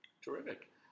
Terrific